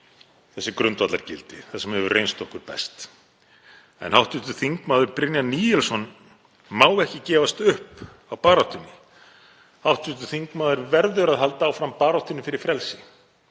þessi grundvallargildi, það sem hefur reynst okkur best. En hv. þm. Brynjar Níelsson má ekki gefast upp í baráttunni. Hv. þingmaður verður að halda áfram baráttunni fyrir frelsi